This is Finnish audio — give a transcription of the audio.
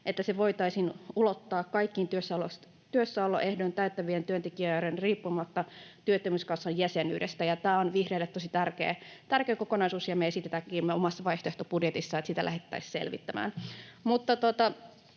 että se voitaisiin ulottaa kaikkiin työssäoloehdon täyttäviin työntekijöihin riippumatta työttömyyskassan jäsenyydestä. Tämä on vihreille tosi tärkeä kokonaisuus, ja me esitetäänkin meidän omassa vaihtoehtobudjetissamme, että sitä lähdettäisiin selvittämään.